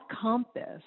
compass